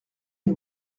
une